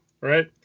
right